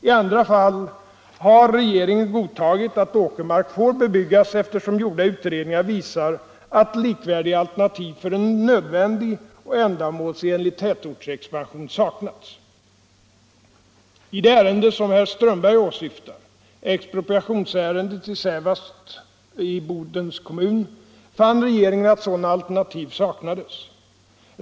I andra fall har regeringen godtagit att åkermark får bebyggas, eftersom gjorda utredningar visar att likvärdiga alternativ för en nödvändig och ändamålsenlig tätortsexpansion saknats. I det ärende som herr Strömberg åsyftar, expropriationsärendet i Sävast i Bodens kommun, fann regeringen att sådana alternativ saknades.